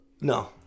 No